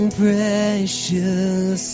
precious